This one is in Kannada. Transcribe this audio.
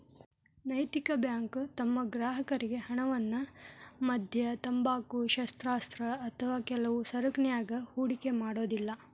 ನೈತಿಕ ಬ್ಯಾಂಕು ತಮ್ಮ ಗ್ರಾಹಕರ್ರಿಗೆ ಹಣವನ್ನ ಮದ್ಯ, ತಂಬಾಕು, ಶಸ್ತ್ರಾಸ್ತ್ರ ಅಥವಾ ಕೆಲವು ಸರಕನ್ಯಾಗ ಹೂಡಿಕೆ ಮಾಡೊದಿಲ್ಲಾ